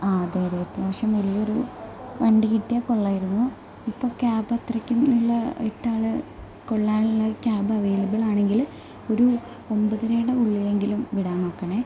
ആ അതെ അതെ അത്യാവശ്യം വലിയ ഒരു വണ്ടി കിട്ടിയാൽ കൊള്ളാമായിരുന്നു ഇപ്പോൾ ക്യാബ് അത്രയ്ക്കുമുള്ള എട്ട് ആളെ കൊള്ളാനുള്ള ക്യാബ് അവൈലബിൽ അണെങ്കിൽ ഒരു ഒമ്പതരയുടെ ഉള്ളിലെങ്കിലും വിടാൻ നോക്കണേ